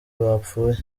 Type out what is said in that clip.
bapfuye